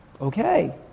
okay